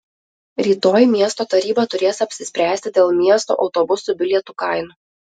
rytoj miesto taryba turės apsispręsti dėl miesto autobusų bilietų kainų